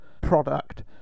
product